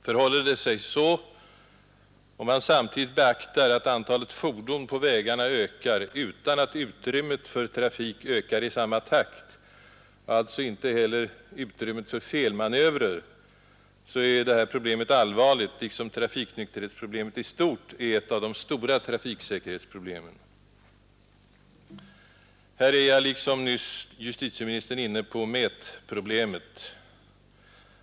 Förhåller det sig så och om man samtidigt beaktar att antalet fordon på vägarna ökar utan att utrymmet för trafik ökar i samma takt, alltså inte heller utrymmet för felmanövrer, så är det här problemet allvarligt liksom trafikonykterhetsproblemet i stort är ett av de stora trafiksäkerhetsproblemen. Här är jag liksom nyss justitieministern inne på mätproblemet.